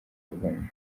kagame